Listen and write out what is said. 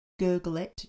gurgleit